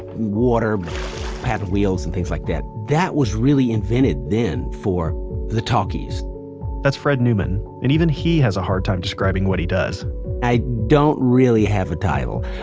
water paddle wheels and things like that. that was really invented then for the talkies that's fred newman, and even he has a hard time describing what he does i don't really have a title.